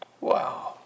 Wow